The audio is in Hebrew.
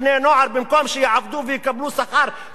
במקום שיעבדו ויקבלו שכר שנתיים,